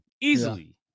Easily